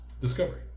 Discovery